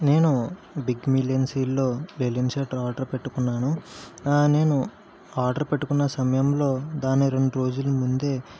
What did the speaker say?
నేను big million సేల్లో balloon shirt order పెట్టుకున్నాను నేను ఆర్డర్ పెట్టుకున్న సమయంలో దాని రెండు రోజులు ముందే